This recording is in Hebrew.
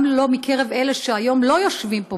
גם לא מקרב אלה שהיום לא יושבים פה,